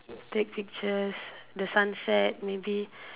take pictures the sunset maybe